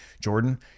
Jordan